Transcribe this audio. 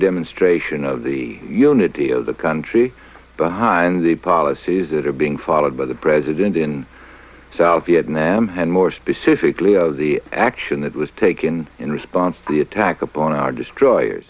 demonstration of the unity of the country behind the policies that are being followed by the president in south vietnam and more specifically of the action that was taken in response to the attack upon our destroye